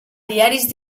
diaris